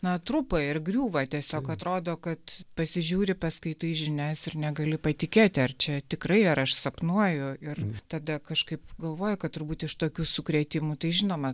na trupa ir griūva tiesiog atrodo kad pasižiūri paskaitai žinias ir negali patikėti ar čia tikrai ar aš sapnuoju ir tada kažkaip galvoju kad turbūt iš tokių sukrėtimų tai žinoma